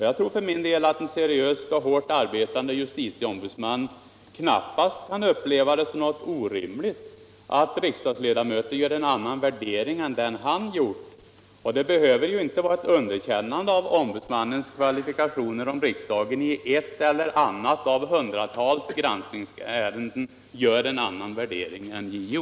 Jag tror för min del att en seriöst och hårt arbetande justiticombudsman knappast kan uppleva det som något orimligt att riksdagsledamöter gör en annan värdering än den han själv gjort. Det behöver inte innebära något underkännande av ombudsmannens kvalifikationer om riksdagen i ett eller annat av hundratalet granskningsärenden gör en annan värdering än JO.